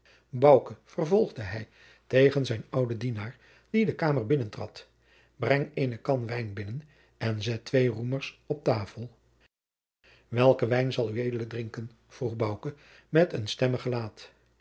vervolgde hij tegen zijn ouden dienaar die de kamer binnentrad breng eene kan wijn binnen en zet twee roemers op tafel welken wijn zal ued drinken vroeg bouke met een stemmig gelaat